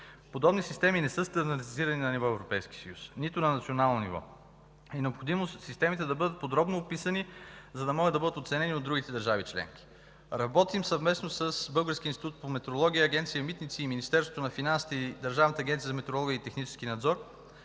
Подобни системи не са стандаратизирани на ниво Европейски съюз, нито на национално ниво. Необходимо е системите да бъдат подробно описани, за да могат да бъдат оценени от другите държави членки. Работим съвместно с българския Институт по метрология, Агенция „Митници”, Министерството на финансите и Държавната агенция за метрология и технически надзор.